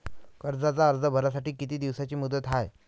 कर्जाचा अर्ज भरासाठी किती दिसाची मुदत हाय?